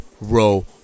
row